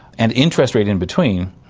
and interest rate in between.